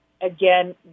again